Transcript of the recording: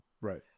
Right